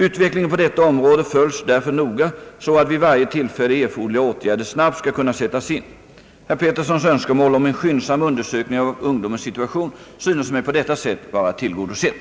Utvecklingen på detta område följs därför noga så att vid varje tillfälle erforderliga åtgärder snabbt skall kunna sättas in. Herr Peterssons önskemål om en skyndsam undersökning av ungdomens situation synes mig på detta sätt vara tillgodosett.